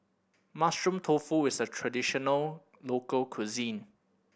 Mushroom Tofu is a traditional local cuisine